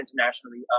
internationally